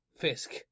Fisk